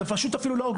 זה פשוט אפילו לא הוגן.